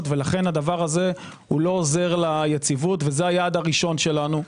ולכן זה לא עוזר ליציבות וזה היעד הראשון שלנו,